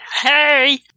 Hey